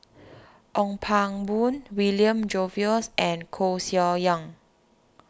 Ong Pang Boon William Jervois and Koeh Sia Yong